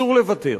אסור לוותר.